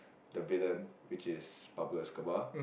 the villain which is Pablo-Escobar